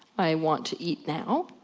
i want to eat now.